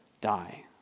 die